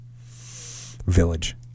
Village